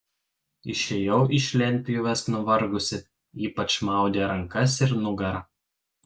išėjau iš lentpjūvės nuvargusi ypač maudė rankas ir nugarą